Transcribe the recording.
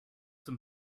some